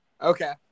Okay